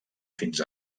fins